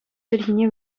чӗлхине